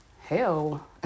hell